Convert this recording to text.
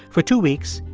for two weeks,